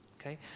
Okay